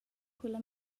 culla